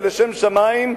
ולשם שמים,